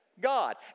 God